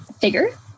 figure